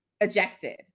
ejected